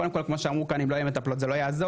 קודם כל כמו שאמרו כאן אם לא יהיה מטפלות זה לא יעזור,